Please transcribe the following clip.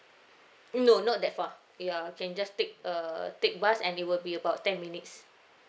no not that far ya you can just take err take bus and it will be about ten minutes